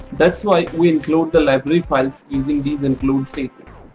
that's why we include the library files using these include statements.